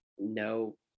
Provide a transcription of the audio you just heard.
no